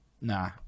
Nah